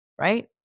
right